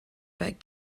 but